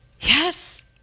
Yes